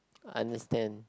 understand